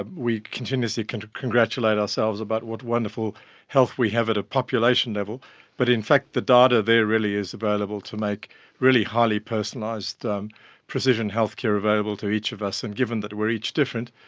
ah we continuously kind of congratulate ourselves about what wonderful health we have at a population level but in fact the data there really is available to make really highly personalised precision healthcare available to each of us. and given that we are each different,